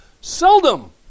Seldom